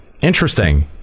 Interesting